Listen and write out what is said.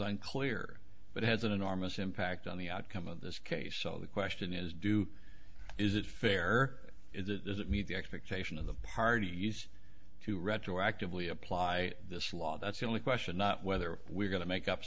unclear but has an enormous impact on the outcome of this case so the question is do is it fair is it is it meet the expectation of the party used to retroactively apply this law that's the only question not whether we're going to make up